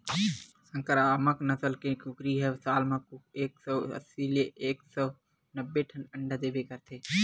संकरामक नसल के कुकरी ह साल म एक सौ अस्सी ले एक सौ नब्बे ठन अंडा देबे करथे